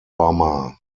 bummer